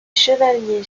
chevaliers